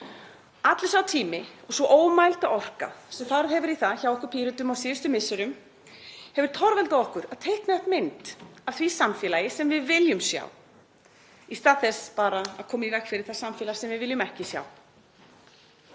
Allur sá tími og sú ómælda orka sem farið hefur í það hjá okkur Pírötum á síðustu misserum hefur torveldað okkur að teikna upp mynd af því samfélagi sem við viljum sjá, í stað þess bara að koma í veg fyrir það samfélag sem við viljum ekki sjá.